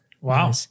Wow